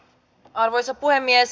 arvoisa puhemies